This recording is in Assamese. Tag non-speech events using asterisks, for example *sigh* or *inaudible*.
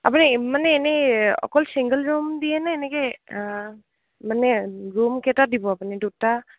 আপুনি *unintelligible* মানে এনেই অকল ছিংগল ৰুম দিয়ে নে এনেকে মানে ৰুমকেইটা দিব আপুনি দুটা